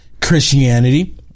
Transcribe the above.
Christianity